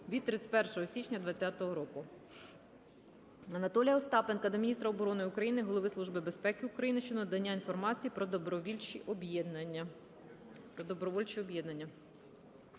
від 31 січня 2020 року.